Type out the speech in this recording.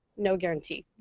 no guarantee.